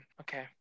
Okay